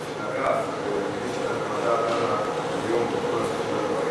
סגן השר דיבר הרבה על הנושא של הגז.